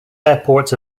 airports